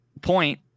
point